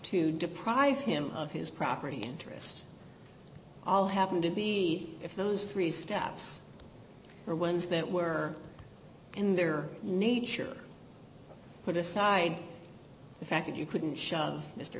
to deprive him of his property interest all happen to be if those three steps are ones that were in their nature put aside the fact that you couldn't shove m